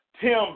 Tim